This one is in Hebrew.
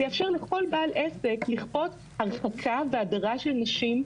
יאפשר לכל בעל עסק לכפות הרחקה והדרה של נשים,